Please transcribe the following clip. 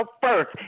first